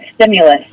stimulus